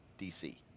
DC